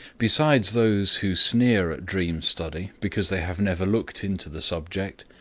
besides those who sneer at dream study, because they have never looked into the subject,